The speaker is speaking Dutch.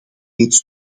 reeds